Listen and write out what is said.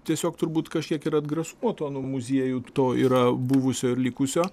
tiesiog turbūt kažkiek ir atgrasumo to nuo muziejų to yra buvusio ir likusio